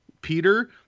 Peter